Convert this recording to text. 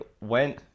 went